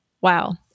Wow